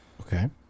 okay